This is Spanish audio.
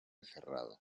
cerrado